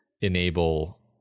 enable